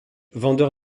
vendeur